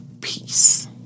peace